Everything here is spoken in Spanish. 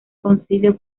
concilio